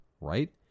right